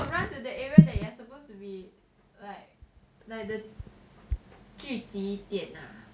run to the area you area that you are supposed to be like like the 聚集点 ah